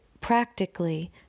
practically